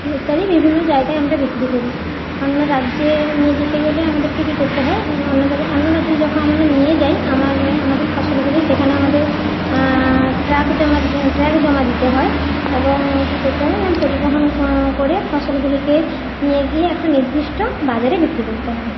ইত্যাদি বিভিন্ন জায়গায় আমরা বিক্রি করি অন্য রাজ্যে নিয়ে যেতে গেলে আমাদেরকে কী করতে হয় অন্য রাজ্যে যখন আমরা নিয়ে যাই আমার আমাদের ফসলগুলি সেখানে আমাদের ট্রাক জমা ট্র্যাক জমা দিতে হয় এবং কী করতে হয় না পরিবহণ করে ফসলগুলিকে নিয়ে গিয়ে একটা নির্দিষ্ট বাজারে বিক্রি করতে হয়